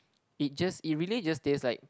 it just it really just taste like